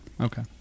okay